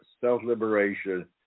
Self-Liberation